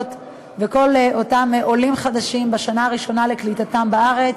וכל אותם עולים חדשים בשנה הראשונה לקליטתם בארץ,